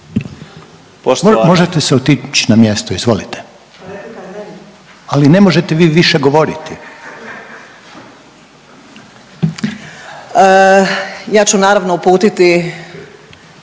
Možete otići na mjesto. Izvolite. Ali ne možete vi više govoriti. **Vidović Krišto,